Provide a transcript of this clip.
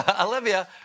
Olivia